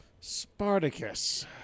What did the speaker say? Spartacus